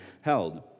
held